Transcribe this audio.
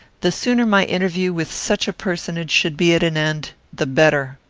the sooner my interview with such a personage should be at an end, the better.